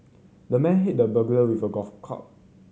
the man hit the burglar with a golf club